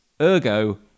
Ergo